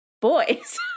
boys